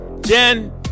Jen